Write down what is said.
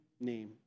name